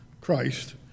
Christ